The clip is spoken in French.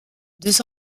deux